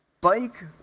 bike